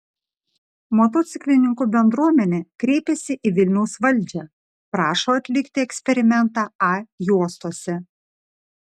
motociklininkų bendruomenė kreipėsi į vilniaus valdžią prašo atlikti eksperimentą a juostose